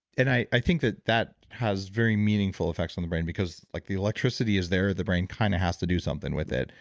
and i i think that that has very meaningful effects on the brain because like the electricity is there, the brain kind of has to do something with it,